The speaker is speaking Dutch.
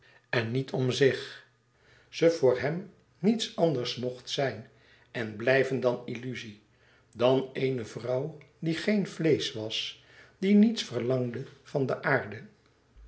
en niet om zich ze voor hèm niets anders mocht zijn en blijven dan illuzie dan eene vrouw die geen vleesch was die niets verlangde van de aarde